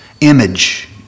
image